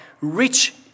rich